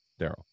Daryl